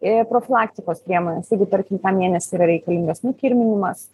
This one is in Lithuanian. ir profilaktikos priemonės jeigu tarkim tą mėnesį yra reikalingas nukirminimas